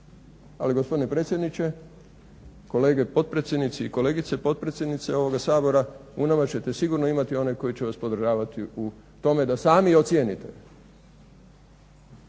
Ali gospodine predsjednike, kolege potpredsjednici i kolegice potpredsjednice ovoga Sabora, u nama ćete sigurno imati one koji će vas podržavati u tome da sami ocijenite